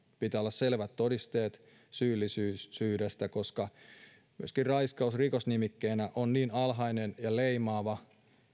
pitää olla selvät todisteet syyllisyydestä koska raiskaus myöskin rikosnimikkeenä on niin alhainen ja leimaava